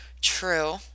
True